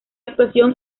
actuación